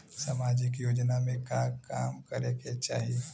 सामाजिक योजना में का काम करे के चाही?